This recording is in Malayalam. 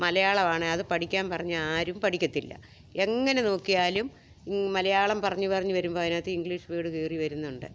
മലയാളമാണ് അത് പഠിക്കാൻ പറഞ്ഞാൽ ആരും പഠിക്കത്തില്ല എങ്ങനെ നോക്കിയാലും മലയാളം പറഞ്ഞു പറഞ്ഞു വരുമ്പോൾ അതിനകത്ത് ഇഗ്ലീഷ് വേഡ് കയറി വരുന്നുണ്ട്